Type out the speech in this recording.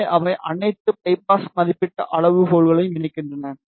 எனவே அவை அனைத்து பையாஸ் மதிப்பிடப்பட்ட அளவுகோல்களையும் இணைக்கின்றன